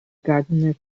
gardener